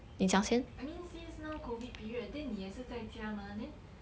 I mean since now COVID period then 你也是在家 mah then